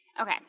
Okay